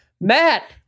Matt